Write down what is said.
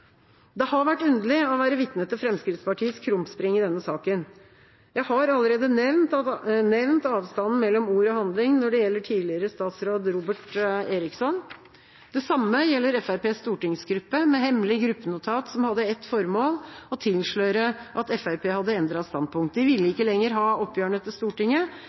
Det måtte vi spørre om. Det har vært underlig å være vitne til Fremskrittspartiets krumspring i denne saken. Jeg har allerede nevnt avstanden mellom ord og handling når det gjelder tidligere statsråd Robert Eriksson. Det samme gjelder Fremskrittspartiets stortingsgruppe, med et hemmelig gruppenotat som hadde ett formål: å tilsløre at Fremskrittspartiet hadde endret standpunkt. De ville ikke lenger ha oppgjørene til Stortinget,